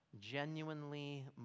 genuinely